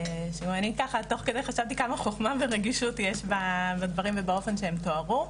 אני ככה תוך כדי חשבתי כמה חוכמה ורגישות בדברים ובאופן שהם תוארו.